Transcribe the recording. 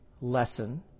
lesson